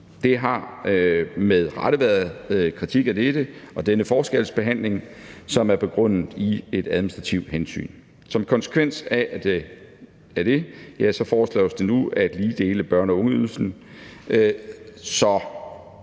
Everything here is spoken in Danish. Der har med rette været kritik af dette og denne forskelsbehandling, som er begrundet i et administrativt hensyn. Som konsekvens af det foreslås det nu at ligedele børne- og ungeydelsen,